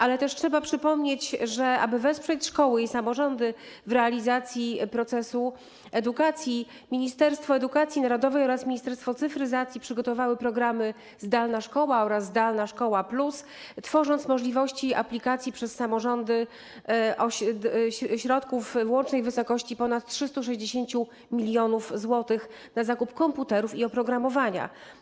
Ale też trzeba przypomnieć, że aby wesprzeć szkoły i samorządy w realizacji procesu edukacji, Ministerstwo Edukacji Narodowej oraz Ministerstwo Cyfryzacji przygotowały programy „Zdalna szkoła” oraz „Zdalna szkoła+”, tworząc możliwość aplikacji przez samorządy o środki o łącznej wysokości ponad 360 mln zł na zakup komputerów i oprogramowania.